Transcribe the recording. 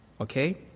okay